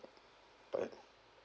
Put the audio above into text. bye